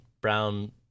Brown